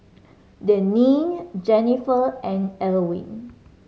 Deneen Jennifer and Elwin